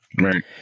Right